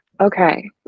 Okay